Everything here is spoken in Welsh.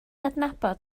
adnabod